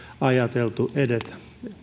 ajateltu edetä